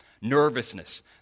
nervousness